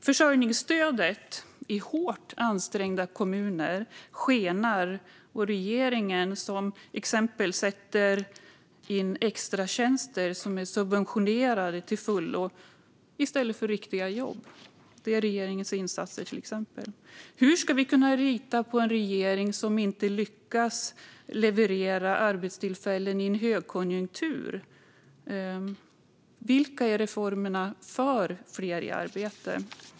Försörjningsstödet i hårt ansträngda kommuner skenar, och regeringen satsar på extratjänster, som till fullo är subventionerade, i stället för på riktiga jobb. Hur ska vi kunna lita på en regering som inte lyckas leverera arbetstillfällen i en högkonjunktur? Vilka är reformerna för fler i arbete?